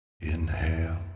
Inhale